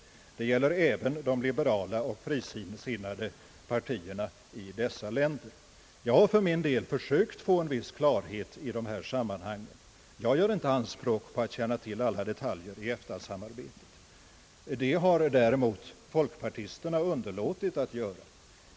Detta gäller även de liberala och frisinnade partierna i dessa länder. Jag har för min del försökt få en viss klarhet i dessa sammanhang, även om jag inte gör anspråk på att känna till alla detaljer i EFTA-samarbetet. Folkpartisterna har däremot underlåtit att söka skapa en sådan klarhet.